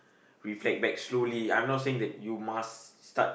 reflect back slowly I'm not saying that you must start